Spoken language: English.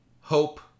Hope